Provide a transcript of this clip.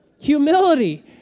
Humility